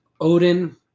Odin